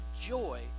joy